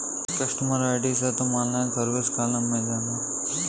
customer ID से तुम online service column में जाना